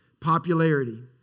popularity